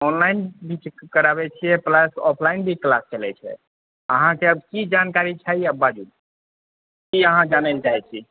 online भी कराबै छिऐ प्लस ऑफलाइन भी क्लास चलैत छै अहाँकेँ आब की जानकारी चाही आब बाजु कि अहाँ जानए ला चाहैत छी